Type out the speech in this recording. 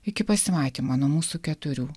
iki pasimatymo nuo mūsų keturių